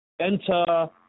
enter